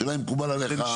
השאלה אם מקובל עליך?